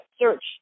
search